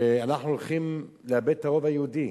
שאנחנו הולכים לאבד את הרוב היהודי,